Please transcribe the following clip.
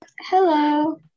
Hello